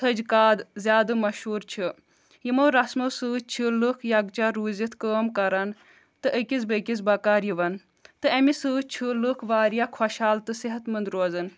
تھٔج کاد زیادٕ مشہوٗر چھِ یِمو رسمو سۭتۍ چھِ لُکھ یکجاہ روٗزِتھ کٲم کران تہٕ أکِس بیٚکِس بکار یِوان تہٕ امہِ سۭتۍ چھِ لُکھ واریاہ خۄشحال تہٕ صحت مند روزان